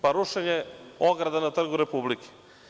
Pa, rušenje ograda na Trgu Republike.